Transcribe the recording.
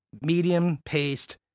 medium-paced